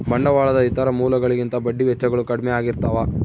ಬಂಡವಾಳದ ಇತರ ಮೂಲಗಳಿಗಿಂತ ಬಡ್ಡಿ ವೆಚ್ಚಗಳು ಕಡ್ಮೆ ಆಗಿರ್ತವ